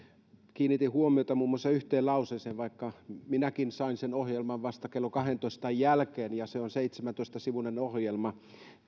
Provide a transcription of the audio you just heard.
kiinnitin huomiota muun muassa yhteen lauseeseen minäkin sain sen ohjelman vasta kello kahdentoista jälkeen ja se on seitsemäntoista sivuinen ohjelma